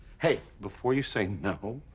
hey, before you say no.